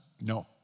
No